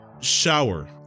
shower